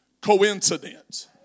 coincidence